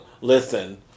Listen